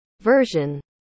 version